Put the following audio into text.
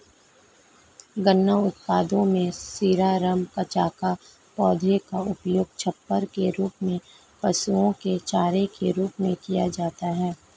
गन्ना उत्पादों में शीरा, रम, कचाका, पौधे का उपयोग छप्पर के रूप में, पशुओं के चारे के रूप में किया जाता है